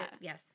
Yes